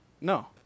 No